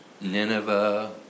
Nineveh